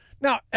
Now